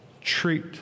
Treat